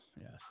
Yes